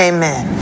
Amen